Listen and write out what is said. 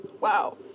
Wow